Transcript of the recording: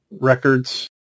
records